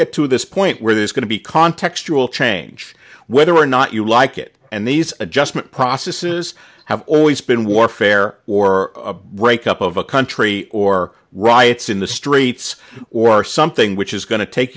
get to this point where there's going to be contextual change whether or not you like it and these adjustment processes have always been warfare or a breakup of a country or riots in the streets or something which is going to take